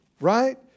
right